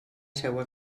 seua